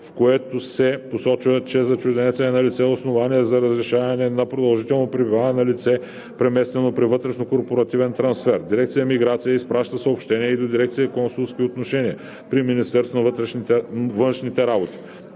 в което се посочва, че за чужденеца е налице основание за разрешаване на продължително пребиваване на лице, преместено при вътрешнокорпоративен трансфер. Дирекция „Миграция“ изпраща съобщението и до дирекция „Консулски отношения“ при Министерството на външните работи.